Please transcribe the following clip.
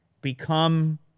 become